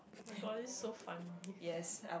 my-God this is so funny